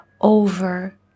over